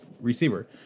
receiver